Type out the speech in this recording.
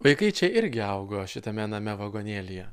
vaikai čia irgi augo šitame name vagonėlyje